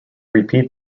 repeat